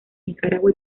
nicaragua